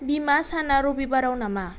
बिमा साना रबिबाराव नामा